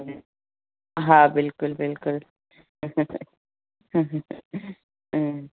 हा बिल्कुल बिल्कुल